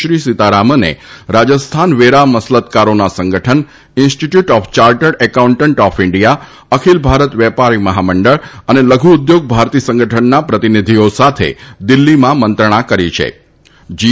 શ્રી સીતારામન રાજસ્થાન વજ્જા મસલતકારોના સંગઠન institute of chartered accountant of India Akhil Bharat વપ્પારી મહામંડળ અન લઘુ ઉદ્યોગ ભારતી સંગઠનના પ્રતિનિધીઓ સાથવદિલ્ફીમાં મંત્રણા કરી છલ જી